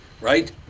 Right